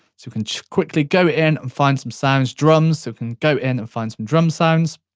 you can quickly go in and find some sounds. drums, you can go in and find some drum sounds.